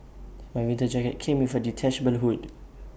my winter jacket came with A detachable hood